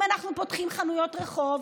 אם אנחנו פותחים חנויות רחוב,